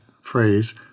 phrase